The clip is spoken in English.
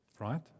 right